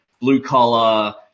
blue-collar